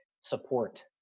support